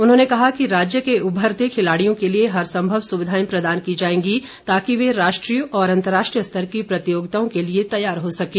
उन्होंने कहा कि राज्य के उभरते खिलाड़ियों के लिए हर सम्मव सुविधाएं प्रदान की जाएंगी ताकि वे राष्ट्रीय और अंतर्राष्ट्रीय स्तर की प्रतियोगिताओं के लिए तैयार हो सकें